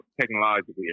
technologically